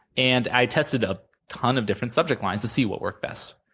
and i tested a ton of different subject lines, to see what worked best,